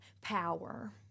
power